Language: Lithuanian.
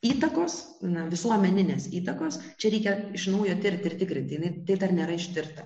įtakos na visuomeninės įtakos čia reikia iš naujo tirti ir tikrintini jinai dar nėra ištirta